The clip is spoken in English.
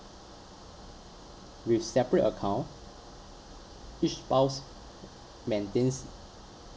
with separate account each spouse maintains